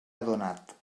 adonat